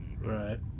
Right